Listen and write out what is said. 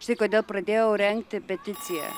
štai kodėl pradėjau rengti peticiją